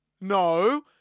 No